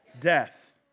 Death